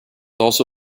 also